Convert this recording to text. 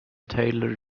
taylor